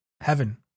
heaven